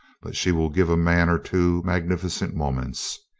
but she will give a man or two magnificent moments.